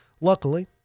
Luckily